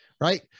right